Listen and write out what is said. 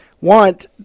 want